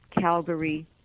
Calgary